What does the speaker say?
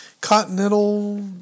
continental